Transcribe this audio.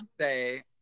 say